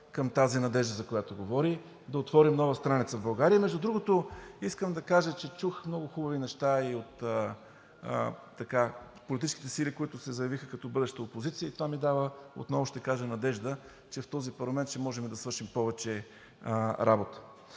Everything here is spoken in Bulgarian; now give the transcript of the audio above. към тази надежда, за която говорим, и да отвори нова страница в България. Между другото, искам да кажа, че чух много хубави неща и от политическите сили, които се заявиха като бъдеща опозиция. Ще кажа, че това ми дава отново надежда, че в този парламент ще можем да свършим повече работа.